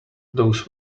those